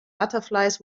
butterflies